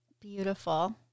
Beautiful